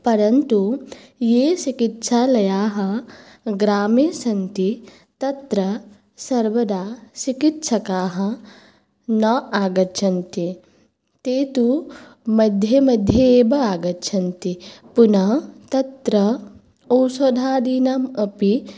परन्तु ये चिकित्सालयाः ग्रामे सन्ति तत्र सर्वदा चिकित्सकाः न आगच्छन्ति ते तु मध्ये मध्ये एव आगच्छन्ति पुनः तत्र औषधादीनाम् अपि